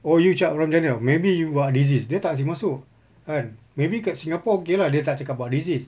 oh you cap orang china maybe you got disease dia tak kasi masuk kan maybe kat singapore okay lah dia tak cakap about disease